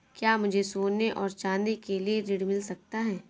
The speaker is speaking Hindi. क्या मुझे सोने और चाँदी के लिए ऋण मिल सकता है?